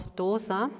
dosa